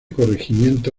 corregimiento